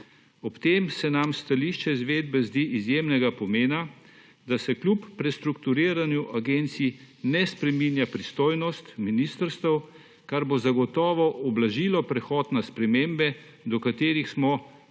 Ob tem se nam stališče izvedbe zdi izjemnega pomena, da se kljub prestrukturiranju agencij ne spreminja pristojnost ministrstev, kar bo zagotovo ublažilo prehod na spremembe, do katerih smo